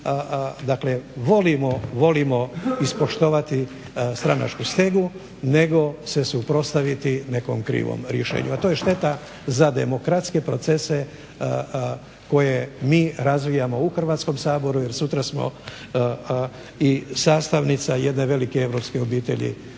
dakle volimo ispoštovati stranačku stegu nego se suprotstaviti nekom krivom rješenju, a to je šteta za demokratske procese koje mi razvijamo u Hrvatskom saboru jer sutra smo i sastavnica jedne velike europske obitelji